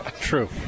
True